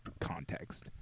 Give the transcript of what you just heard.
context